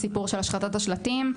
הסיפור של השחתת השלטים.